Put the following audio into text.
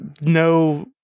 No